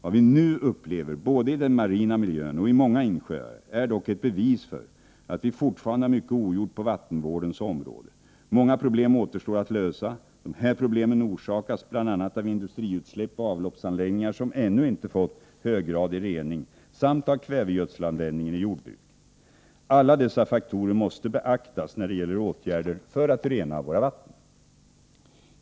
Vad vi nu upplever, både i den marina miljön och i många insjöar, är dock ett bevis för att vi fortfarande har mycket ogjort på vattenvårdens område. Många problem återstår att lösa. Dessa problem orsakas bl.a. av industriutsläpp och avloppsanläggningar som ännu inte fått höggradig rening samt av kvävegödselanvändning i jordbruket. Alla dessa faktorer måste beaktas när det gäller åtgärder för att rena våra vatten.